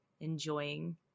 enjoying